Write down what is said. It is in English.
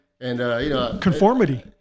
Conformity